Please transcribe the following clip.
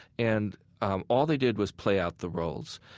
and all they did was play out the roles.